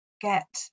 get